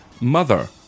Mother